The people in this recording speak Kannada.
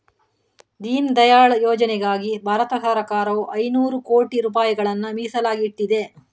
ದೀನ್ ದಯಾಳ್ ಯೋಜನೆಗಾಗಿ ಭಾರತ ಸರಕಾರವು ಐನೂರು ಕೋಟಿ ರೂಪಾಯಿಗಳನ್ನ ಮೀಸಲಾಗಿ ಇಟ್ಟಿದೆ